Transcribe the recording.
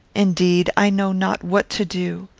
indeed, i know not what to do.